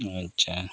ᱟᱪᱪᱷᱟ